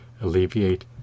alleviate